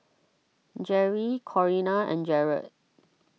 Gerri Corinna and Jarred